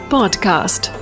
Podcast